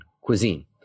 cuisine